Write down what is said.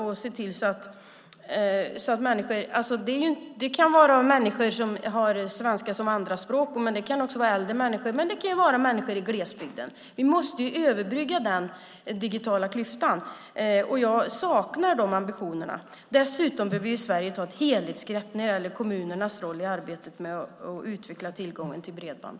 Det kan vara människor med svenska som andra språk, äldre människor och människor i glesbygd. Jag saknar ambitionen att överbrygga den digitala klyftan. Dessutom behöver Sverige ta ett helhetsgrepp när det gäller kommunernas roll i arbetet med att utveckla tillgången till bredband.